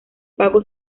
pago